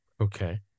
Okay